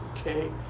Okay